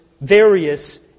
various